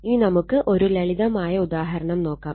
ഇനി നമുക്ക് ഒരു ലളിതമായ ഉദാഹരണം നോക്കാം